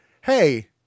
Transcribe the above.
hey